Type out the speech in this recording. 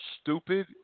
stupid